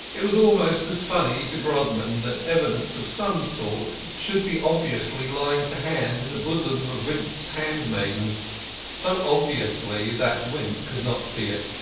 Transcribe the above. it was almost as funny to grodman that evidence of some sort should be obviously lying to hand in the bosom of wimp's hand-maiden so obviously that wimp could not see it.